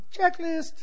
Checklist